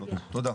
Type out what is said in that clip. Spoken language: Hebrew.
תודה.